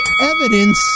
evidence